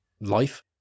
life